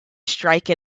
strike